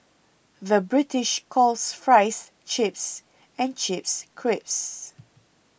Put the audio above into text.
the British calls Fries Chips and chips crips